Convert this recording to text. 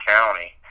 County